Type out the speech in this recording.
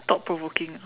thought provoking ah